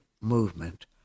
movement